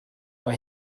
mae